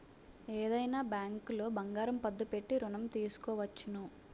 ఏదైనా బ్యాంకులో బంగారం పద్దు పెట్టి ఋణం తీసుకోవచ్చును